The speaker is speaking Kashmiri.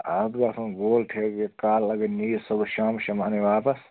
اَتھ گژھِ آسُن گول ٹھیکہٕ یُتھ کالہٕ اگر نِیہِ صُبحَس شامَس چھِ یِم اَنٕنۍ واپَس